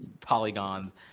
polygons